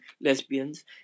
lesbians